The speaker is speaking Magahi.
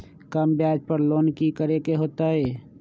कम ब्याज पर लोन की करे के होतई?